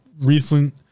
recent